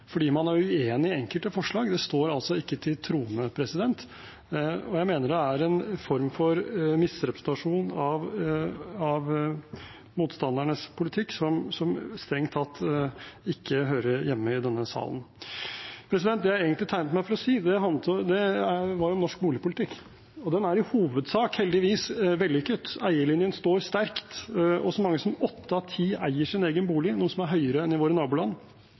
fordi man er uenig i enkelte forslag, står ikke til troende. Jeg mener det er en form for misrepresentasjon av motstandernes politikk som strengt tatt ikke hører hjemme i denne salen. Det jeg egentlig tegnet meg for å si, dreide seg om norsk boligpolitikk. Den er i hovedsak – heldigvis – vellykket. Eierlinjen står sterkt, og så mange som åtte av ti eier sin egen bolig, noe som er høyere enn i våre naboland.